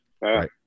right